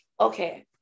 okay